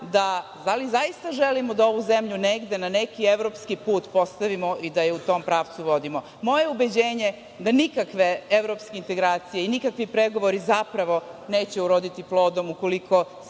li zaista želimo da ovu zemlju negde na neki evropski put postavimo i da je u tom pravcu vodimo. Moje ubeđenje da nikakve evropske integracije i nikakvi pregovori zapravo neće uroditi plodom ukoliko sve